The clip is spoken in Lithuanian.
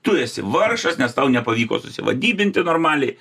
tu esi vargšas nes tau nepavyko susivadybinti normaliai